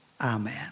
Amen